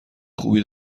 خوبی